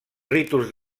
ritus